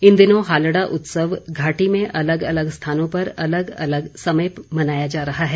इन दिनों हालड़ा उत्सव घाटी में अलग अलग स्थानों पर अलग अलग समय मनाया जा रहा है